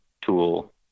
tool